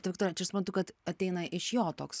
tai viktorija čia aš suprantu kad ateina iš jo toks